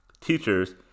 teachers